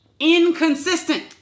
Inconsistent